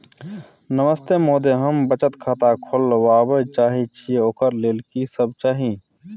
नमस्ते महोदय, हम बचत खाता खोलवाबै चाहे छिये, ओकर लेल की सब चाही?